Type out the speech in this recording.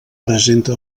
presenta